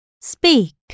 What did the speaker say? speak